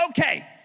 okay